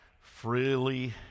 freely